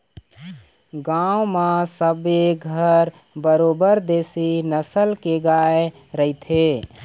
गांव म सबे घर बरोबर देशी नसल के गाय रहिथे